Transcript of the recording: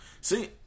See